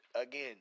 again